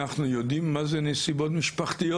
אנחנו יודעים מה זה נסיבות משפחות?